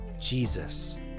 Jesus